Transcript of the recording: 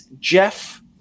Jeff